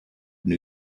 new